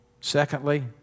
Secondly